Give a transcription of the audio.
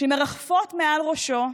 שמרחפות מעל ראשו,